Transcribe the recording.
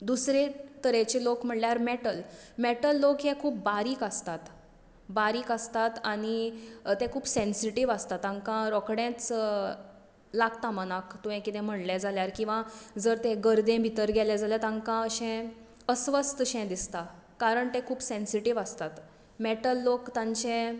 दुसरे तरेचे लोक म्हळ्यार मॅटल मॅटल लोक हे खूब बारीक आसतात बारीक आसतात आनी ते खूब सेनसिटीव आसता तांकां रोखडेंच लागता मनांक तुवें कितेंय म्हटलें जाल्यार किंवां जर ते गर्दे भितर गेले जाल्यार तांका अशें अस्तित्वशें दिसता कारण ते खूब सॅनसिटीव आसतात मॅटल लोक तांचें